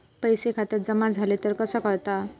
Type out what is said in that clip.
पैसे खात्यात जमा झाले तर कसा कळता?